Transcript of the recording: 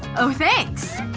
oh, thanks!